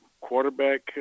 quarterback